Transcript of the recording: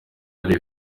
yari